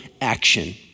action